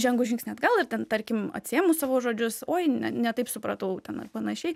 žengus žingsnį atgal ir ten tarkim atsiėmus savo žodžius oi ne ne taip supratau ten ar panašiai